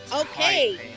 Okay